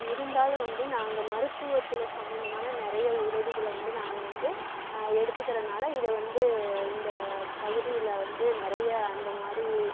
இருந்தாலும் வந்து நாங்கள் மருத்துவத்தில் சம்பந்தமான நிறைய உதவிகளை வந்து நாங்கள் வந்து எடுத்துக்கிறனால இதை வந்து இந்த பகுதியில் வந்து நிறைய அந்தமாதிரி